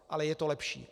Ale je to lepší.